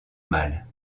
mâles